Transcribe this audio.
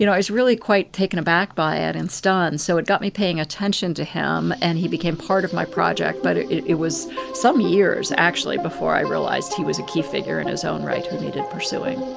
you know, i was really quite taken aback by it and stunned. so it got me paying attention to him and he became part of my project, but it it was some years actually before i realized he was a key figure in his own right who needed pursuing.